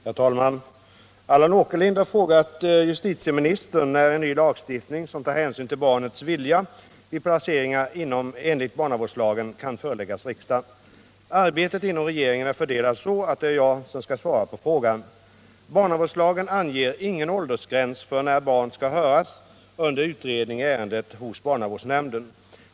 Herr talman! Allan Åkerlind har frågat justitieministern när en ny lagstiftning som tar hänsyn till barnets vilja vid placeringar enligt barnavårdslagen kan föreläggas riksdagen. Arbetet inom regeringen är fördelat så att det är jag som skall svara på frågan. Barnavårdslagen anger ingen åldersgräns för när barn skall höras under utredning i ärende hos barnavårdsnämnden.